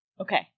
Okay